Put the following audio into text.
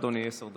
אדוני, עשר דקות.